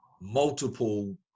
multiple